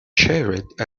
shared